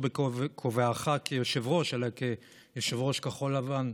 לא בכובעך כיושב-ראש אלא כיושב-ראש כחול לבן,